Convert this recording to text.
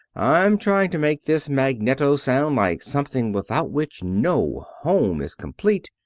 i'm trying to make this magneto sound like something without which no home is complete,